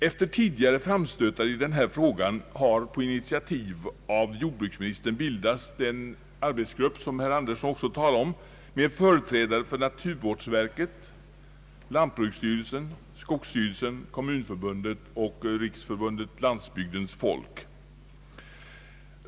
Efter tidigare framstötar i denna fråga har på initiativ av jordbruksministern bildats en arbetsgrupp, som herr Andersson också talade om, med företrädare för naturvårdsverket, lantbruksstyrelsen, skogsstyrelsen, kommunförbundet och Riksförbundet Landsbygdens folk.